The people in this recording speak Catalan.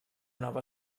nova